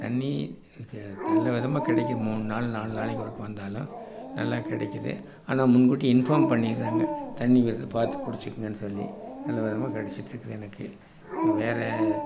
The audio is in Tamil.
தண்ணி நல்லவிதமாக கிடைக்கும் மூணு நாள் நாலு நாளைக்கு ஒருக்க வந்தாலும் நல்லா கிடைக்குது ஆனால் முன்கூட்டியே இன்ஃபார்ம் பண்ணிடறாங்க தண்ணி வருது பார்த்து பிடிச்சிக்குங்கன்னு சொல்லி நல்ல விதமாக கிடச்சிட்ருக்குது எனக்கு வேறு